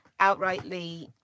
outrightly